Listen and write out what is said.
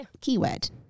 keyword